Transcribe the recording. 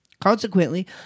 Consequently